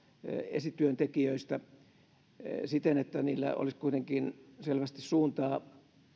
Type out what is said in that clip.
esityöntekijöiltä niin että niillä olisi kuitenkin selvästi suuntaa